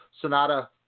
Sonata